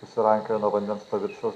susirankiojo nuo vandens paviršiaus